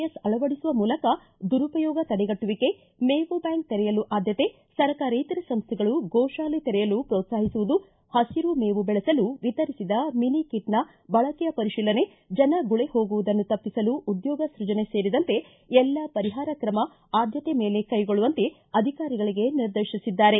S ಅಳವಡಿಸುವ ಮೂಲಕ ದುರುಪಯೋಗ ತಡೆಗಟ್ಟುವಿಕೆ ಮೇವು ಬ್ಹಾಂಕ್ ತೆರೆಯಲು ಆದ್ದತೆ ಸರ್ಕಾರೇತರ ಸಂಸ್ಥೆಗಳು ಗೊ ಮೇವು ಬೆಳೆಸಲು ವಿತರಿಸಿದ ಮಿನಿ ಕಿಟ್ನ ಬಳಕೆಯ ಪರಿತೀಲನೆ ಜನ ಗುಳಿ ಹೋಗುವುದನ್ನು ತಪ್ಪಿಸಲು ಉದ್ಯೋಗ ಸೃಜನೆ ಸೇರಿದಂತೆ ಎಲ್ಲಾ ಪರಿಹಾರ ಕ್ರಮ ಆದ್ದತೆ ಮೇಲೆ ಕೈಗೊಳ್ಳುವಂತೆ ಅಧಿಕಾರಿಗಳಗೆ ನಿರ್ದೇಶಿಸಿದ್ದಾರೆ